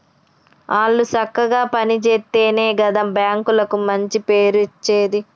ఆళ్లు సక్కగ పని జేత్తెనే గదా బాంకులకు మంచి పేరచ్చేది